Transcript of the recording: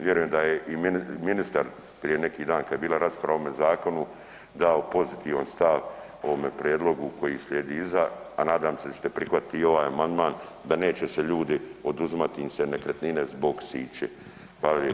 Vjerujem da je i ministar prije neki dan kad je bila rasprava o ovome zakonu dao pozitivan stav o ovome prijedlogu koji slijedi iza, a nadam se da ćete prihvatiti i ovaj amandman, da neće se ljudi, oduzimati im se nekretnine zbog siće.